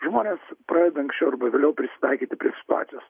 žmonės pradeda anksčiau arba vėliau prisitaikyti prie situacijos